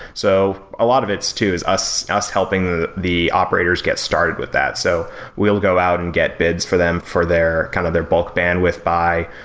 so a lot of it too is us us helping the operators get started with that. so we will go out and get bids for them for their kind of their bulk bandwidth buy.